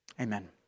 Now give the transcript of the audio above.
Amen